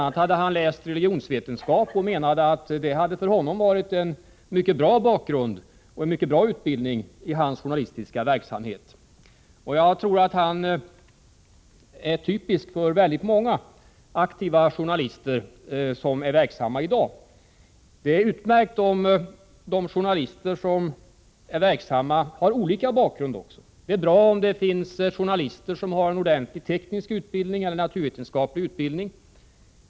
a. hade han läst religionsvetenskap och menade att det hade för honom varit en mycket bra bakgrund och en mycket bra utbildning i hans journalistiska verksamhet. Jag tror att han är typisk för väldigt många aktiva journalister i dag. Det är utmärkt om de journalister som är verksamma har olika bakgrund. Det är bra om det finns journalister som har en ordentlig teknisk eller naturvetenskaplig utbildning.